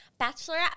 bachelorette